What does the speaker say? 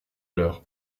l’heure